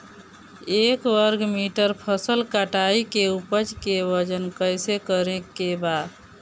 एक वर्ग मीटर फसल कटाई के उपज के वजन कैसे करे के बा?